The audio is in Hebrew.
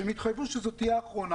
שיתחייבו שזו תהיה האחרונה,